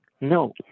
No